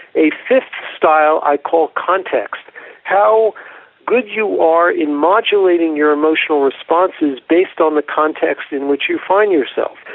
a fifth style i call context how good you are in modulating your emotional responses based on the context in which you find yourself.